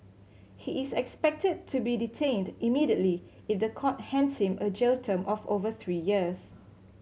he is expected to be detained immediately if the court hands him a jail term of over three years